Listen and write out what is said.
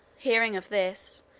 hearing of this,